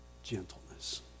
Gentleness